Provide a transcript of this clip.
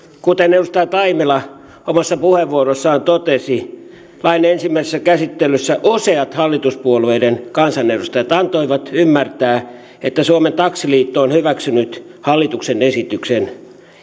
kuten edustaja taimela omassa puheenvuorossaan totesi lain ensimmäisessä käsittelyssä useat hallituspuolueiden kansanedustajat antoivat ymmärtää että suomen taksiliitto on hyväksynyt hallituksen esityksen